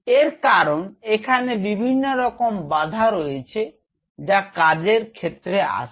এর কারণ এখানে বিভিন্ন রকম বাধা রয়েছে যা কাজের ক্ষেত্রে আসবে